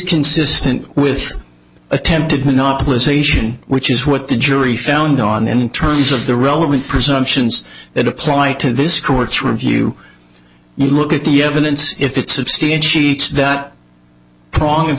consistent with attempted monopolization which is what the jury found on in terms of the relevant presumptions that apply to this court's review you look at the evidence if it substantiates that prong of